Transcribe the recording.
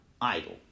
idol